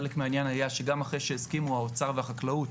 חלק מהעניין היה שגם אחרי שהסכימו האוצר והחקלאות